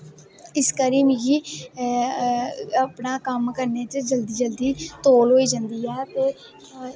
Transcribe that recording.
इस करी मिगी अपना कम्म करने च जल्दी जल्दी तौल होई जंदी ऐ ते